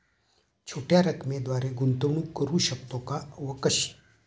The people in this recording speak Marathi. छोट्या रकमेद्वारे गुंतवणूक करू शकतो का व कशी?